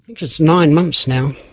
think it's nine months now.